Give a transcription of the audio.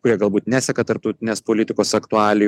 kurie galbūt neseka tarptautinės politikos aktualijų